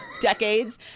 decades